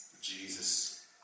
Jesus